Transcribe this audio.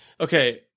Okay